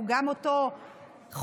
גם אותו חולה,